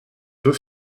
deux